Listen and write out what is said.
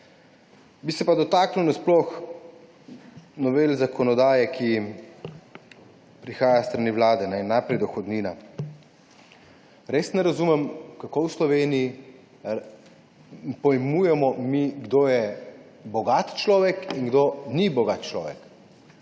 Bi se pa dotaknil na sploh novele zakonodaje, ki prihaja s strani vlade. Najprej dohodnina. Res ne razumem, kako v Sloveniji pojmujemo mi, kdo je bogat človek in kdo ni bogat človek.